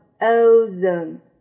Ozone